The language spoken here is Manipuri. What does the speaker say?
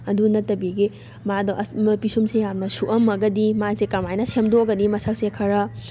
ꯑꯗꯨ ꯅꯠꯇꯕꯤꯒꯤ ꯃꯥꯗꯣ ꯑꯁ ꯄꯤꯁꯨꯝꯁꯦ ꯌꯥꯝꯅ ꯁꯨꯛꯑꯝꯃꯒꯗꯤ ꯃꯥꯁꯦ ꯀꯃꯥꯏꯅ ꯁꯦꯝꯗꯣꯛꯑꯒꯗꯤ ꯃꯁꯛꯁꯦ ꯈꯔ